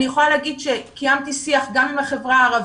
אני יכולה להגיד שקיימתי שיח גם עם החברה הערבית,